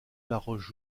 laroche